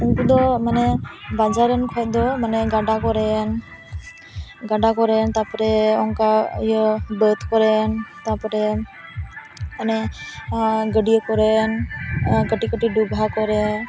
ᱩᱱᱠᱩ ᱫᱚ ᱢᱟᱱᱮ ᱵᱟᱡᱟᱨ ᱨᱮᱱ ᱠᱷᱚᱱ ᱫᱚ ᱢᱟᱱᱮ ᱜᱟᱰᱟ ᱠᱚᱨᱮᱱ ᱜᱟᱰᱟ ᱠᱚᱨᱮᱱ ᱛᱟᱨᱯᱚᱨᱮ ᱚᱱᱠᱟ ᱤᱭᱟᱹ ᱵᱟᱹᱫᱽ ᱠᱚᱨᱮᱱ ᱛᱟᱨᱯᱚᱨᱮ ᱚᱱᱮ ᱜᱟᱹᱰᱭᱟᱹ ᱠᱚᱨᱮᱱ ᱠᱟᱹᱴᱤᱡᱼᱠᱟᱹᱴᱤᱡ ᱰᱚᱵᱷᱟᱜ ᱠᱚᱨᱮᱱ